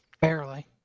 Barely